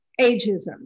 Ageism